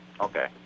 Okay